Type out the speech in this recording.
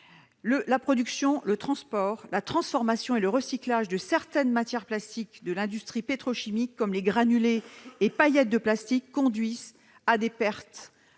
La production, le transport, la transformation et le recyclage de certaines matières plastiques de l'industrie pétrochimique, comme les granulés et paillettes de plastique, conduisent à des pertes